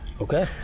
Okay